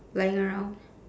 lying around